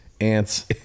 ants